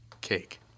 cake